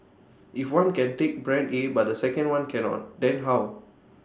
if one can take Brand A but the second one cannot then how